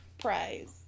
Prize